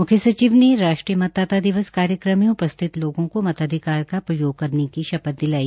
मुख्य सचिव ने राष्ट्रीय मतदाता दिवस कार्यक्रम में उपस्थित लोगों को मताधिकार का प्रयोग करने की शपथ दिलाई